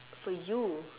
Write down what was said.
for you